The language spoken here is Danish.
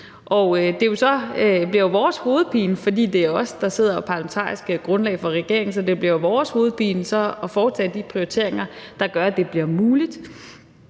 Og det vil jo så være vores hovedpine, for det er os, der sidder og er parlamentarisk grundlag for regeringen. Så det bliver jo vores hovedpine at foretage de prioriteringer, der gør, at det bliver muligt.